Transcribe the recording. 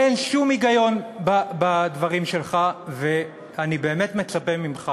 אין שום היגיון בדברים שלך, ואני באמת מצפה ממך,